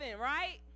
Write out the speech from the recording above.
right